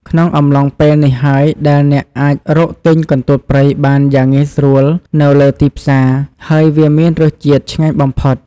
ក្នុងអំឡុងពេលនេះហើយដែលអ្នកអាចរកទិញកន្ទួតព្រៃបានយ៉ាងងាយស្រួលនៅលើទីផ្សារ ហើយវាមានរសជាតិឆ្ងាញ់បំផុត។